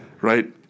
right